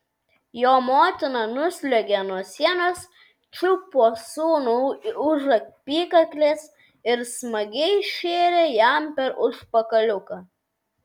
jo motina nusliuogė nuo sienos čiupo sūnų už apykaklės ir smagiai šėrė jam per užpakaliuką